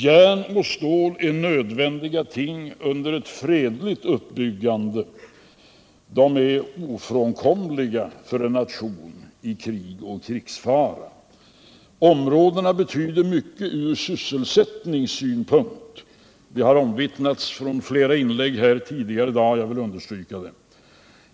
Järn och stål är nödvändiga ting under ett fredligt uppbyggande. De är ofrånkomliga för en nation i krig och krigsfara. Områdena betyder mycket från sysselsättningssynpunkt; det har omvittnats i flera inlägg tidigare i dag, och jag vill understryka det.